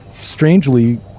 strangely